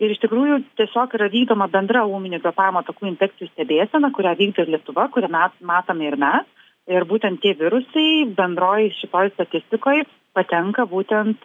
ir iš tikrųjų tiesiog yra vykdoma bendra ūminių kvepavimo takų infekcijų stebėsena kurią vykdo ir lietuva kur mes matome ir mes ir būtent tie virusai bendroj šitoj statistikoj patenka būtent